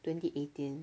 twenty eighteen